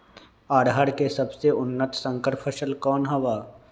अरहर के सबसे उन्नत संकर फसल कौन हव?